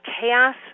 chaos